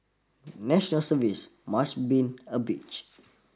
national service must been a bitch